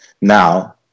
now